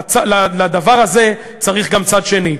לדבר הזה צריך גם צד שני.